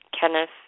Kenneth